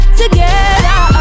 together